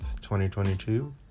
2022